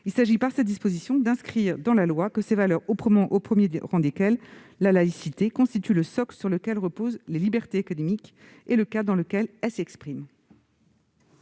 Il s'agit d'inscrire dans la loi que ces valeurs, au premier rang desquelles la laïcité, constituent le socle sur lequel reposent les libertés académiques et le cadre dans lequel elles s'expriment.